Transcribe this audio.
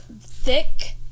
thick